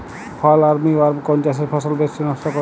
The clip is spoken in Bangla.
ফল আর্মি ওয়ার্ম কোন চাষের ফসল বেশি নষ্ট করে?